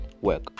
work